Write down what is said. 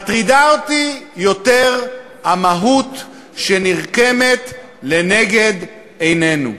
מטרידה אותי יותר המהות שנרקמת לנגד עינינו.